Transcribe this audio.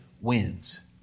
wins